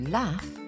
laugh